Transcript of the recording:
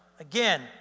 Again